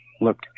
look